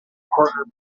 partner